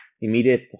immediate